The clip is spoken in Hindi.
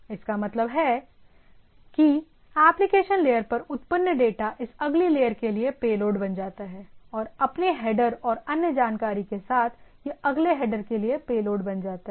इसका मतलब है कि एप्लिकेशन लेयर पर उत्पन्न डेटा इस अगली लेयर के लिए पेलोड बन जाता है और अपने हेडर और अन्य जानकारी के साथ यह अगले हेडर के लिए पेलोड बन जाता है